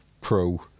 pro